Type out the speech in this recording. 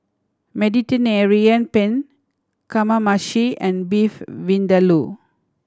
Mediterranean Penne Kamameshi and Beef Vindaloo